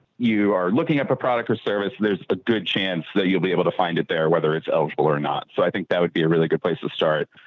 you are looking up a product or service. there's a good chance that you'll be able to find it there, whether it's eligible or not. so i think that would be a really good place to start.